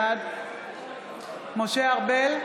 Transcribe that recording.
בעד משה ארבל,